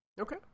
Okay